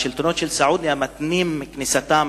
השלטונות של סעודיה מתנים את כניסתם